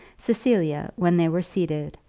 cecilia, when they were seated,